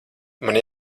man